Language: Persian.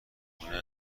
خونه